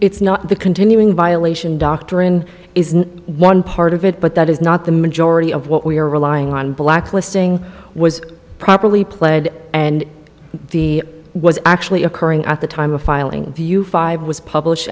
it's not the continuing violation doctorin is one part of it but that is not the majority of what we are relying on blacklisting was properly pled and the was actually occurring at the time of filing view five was published